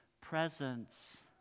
presence